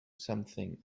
something